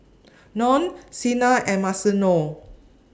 Lorne Sena and Marcello